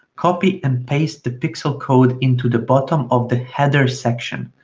copy and paste the pixel code into the bottom of the header section,